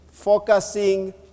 Focusing